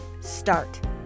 start